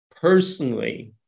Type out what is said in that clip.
personally